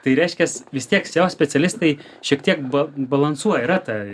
tai reiškias vis tiek seo specialistai šiek tiek ba balansuoja yra ta